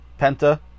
Penta